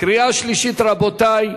קריאה שלישית, רבותי,